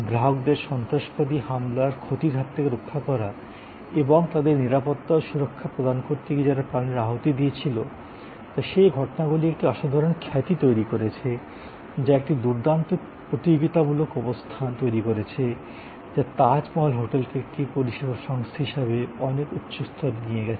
গ্রাহকদের সন্ত্রাসবাদী হামলার ক্ষতির হাত থেকে রক্ষা করা এবং তাদের নিরাপত্তা ও সুরক্ষা প্রদান করতে গিয়ে যারা প্রাণের আহুতি দিয়েছিলো তা সেই ঘটনাগুলি একটি অসাধারণ খ্যাতি তৈরি করেছে যা একটি দুর্দান্ত প্রতিযোগিতামূলক অবস্থান তৈরি করেছে যা তাজমহল হোটেলকে একটি পরিষেবা সংস্থা হিসাবে অনেক উচ্চ স্তরে নিয়ে গেছে